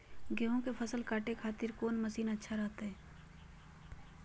गेहूं के फसल काटे खातिर कौन मसीन अच्छा रहतय?